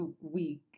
week